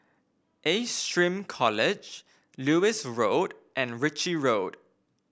Ace SHRM College Lewis Road and Ritchie Road